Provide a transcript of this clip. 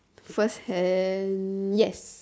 firsthand yes